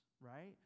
right